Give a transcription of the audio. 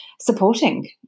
supporting